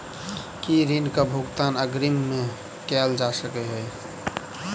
की ऋण कऽ भुगतान अग्रिम मे कैल जा सकै हय?